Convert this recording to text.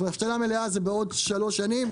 בהבשלה מלאה זה בעוד שלוש שנים,